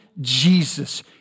Jesus